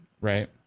right